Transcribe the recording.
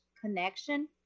connection